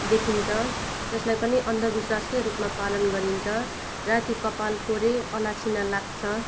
देखिन्छ त्यसलाई पनि अन्धविश्वासकै रूपमा पालन गरिन्छ राति कपाल कोरे अलच्छिना लाग्छ